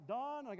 done